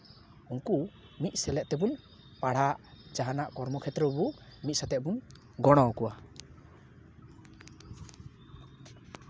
ᱩᱱᱠᱩ ᱢᱤᱫ ᱥᱮᱞᱮᱫ ᱛᱮᱵᱚᱱ ᱯᱟᱲᱦᱟᱜ ᱡᱟᱦᱟᱱᱟᱜ ᱠᱚᱨᱢᱚ ᱠᱷᱮᱛᱨᱚ ᱨᱮᱵᱩ ᱢᱤᱫ ᱥᱟᱛᱮᱜ ᱵᱩᱱ ᱜᱚᱲᱚᱣᱟᱠᱚᱣᱟ